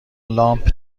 لامپ